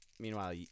Meanwhile